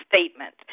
statement